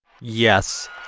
Yes